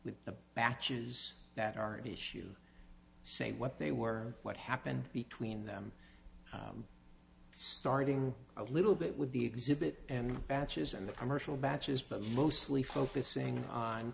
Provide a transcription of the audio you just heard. with the matches that are at issue say what they were what happened between them starting a little bit with the exhibit and batches and the commercial batches but mostly focusing on